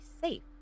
safe